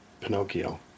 Pinocchio